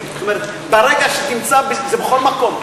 זה בכל מקום,